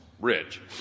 Rich